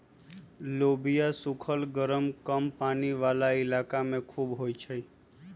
लोबिया सुखल गरम कम पानी वाला इलाका में भी खुबे होई छई